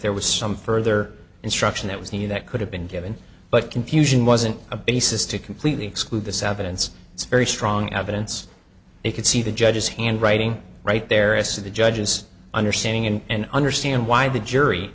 there was some further instruction that was new that could have been given but confusion wasn't a basis to completely exclude the savants it's very strong evidence you could see the judge's handwriting right there as to the judge's understanding and understand why the jury